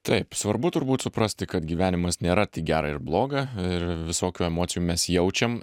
taip svarbu turbūt suprasti kad gyvenimas nėra tik gera ir bloga ir visokių emocijų mes jaučiam